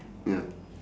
ya